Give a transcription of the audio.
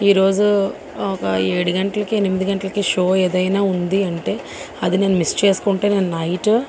ఈ రోజు ఒక ఏడు గంటలకి ఎనిమిది గంటలకి షో ఏదన్నా ఉంది అంటే అది నేను మిస్ చేసుకుంటే నేను నైట్